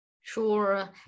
Sure